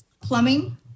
Plumbing